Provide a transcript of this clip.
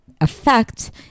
effect